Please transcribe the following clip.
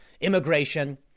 immigration